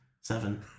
seven